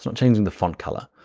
so changing the font color.